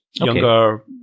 Younger